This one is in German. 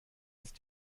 ist